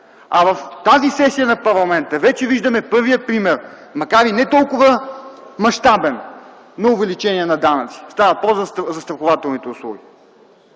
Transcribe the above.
В тази сесия на парламента вече виждаме първия пример, макар и не толкова мащабен, на увеличение на данъци – става въпрос за застрахователните услуги.